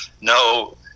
no